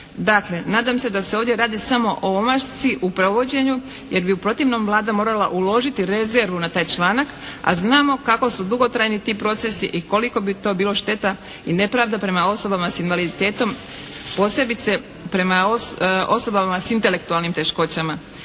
Dakle, nadam se da se ovdje radi samo o omašci u provođenju jer bi u protivnom Vlada morala uložiti rezervu na taj članak, a znamo kako su dugotrajni ti procesi i koliko bi to bilo šteta i nepravda prema osobama s invaliditetom posebice prema osobama s intelektualnim teškoćama.